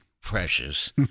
precious